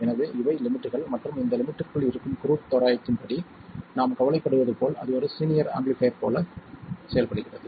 எனவே இவை லிமிட்கள் மற்றும் இந்த லிமிட்டிற்குள் இருக்கும் குரூட் தோராயத்தின்படி நாம் கவலைப்படுவது போல் அது ஒரு லீனியர் ஆம்பிளிஃபைர் போல் செயல்படுகிறது